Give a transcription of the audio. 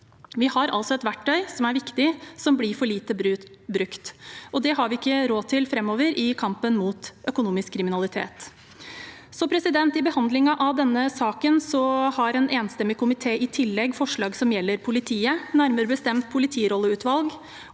Vi har altså et viktig verktøy som blir for lite brukt. Det har vi ikke råd til framover i kampen mot økonomisk kriminalitet. I behandlingen av denne saken har en enstemmig komité i tillegg forslag som gjelder politiet, nærmere bestemt politirolleutvalg